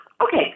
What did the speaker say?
Okay